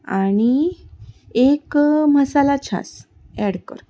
आनी एक मसाला छाज एड कर